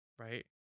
Right